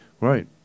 Right